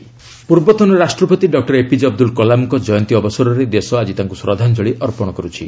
Kalam birth anniversary ପୂର୍ବତନ ରାଷ୍ଟ୍ରପତି doctor APJ Abdul କଲାମଙ୍କ ଜୟନ୍ତୀ ଅବସରରେ ଦେଶ ଆଜି ତାଙ୍କୁ ଶ୍ରଦ୍ଧାଞ୍ଚଳି ଅର୍ପଣ କରୁଛି